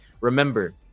remember